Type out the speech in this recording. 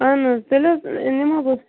اہن حظ تیٚلہِ حظ نِمحہ